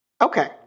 okay